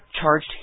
charged